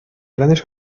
grandes